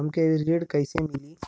हमके ऋण कईसे मिली?